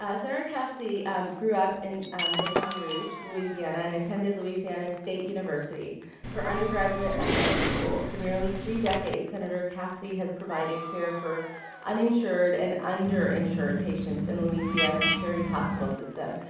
ah sen. cassidy grew up in baton rouge, louisiana, and attended louisiana state university for undergraduate and medical school. for nearly three decades, sen. cassidy has provided care for uninsured and underinsured patients in louisiana's charity hospital system.